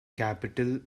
capital